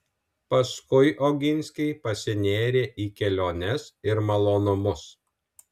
paskui oginskiai pasinėrė į keliones ir malonumus